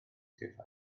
sydd